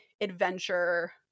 adventure